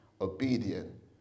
obedient